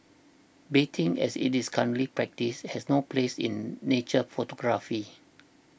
baiting as it is currently practised has no place in nature photography